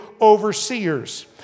overseers